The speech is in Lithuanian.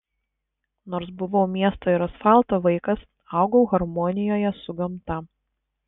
nors buvau miesto ir asfalto vaikas augau harmonijoje su gamta